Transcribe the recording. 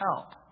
help